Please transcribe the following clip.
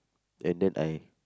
and then I